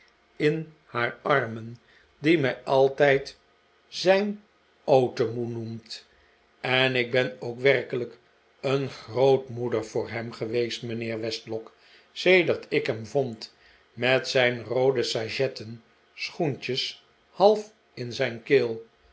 in haar armen die mij altijd zijn ootemoe noemt en ik ben ook werkelijk een grootmoeder voor hem geweest mijnheer westlock sedert ik hem vond met zijn roode sajetten schoentje half in zijn keel